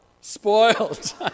Spoiled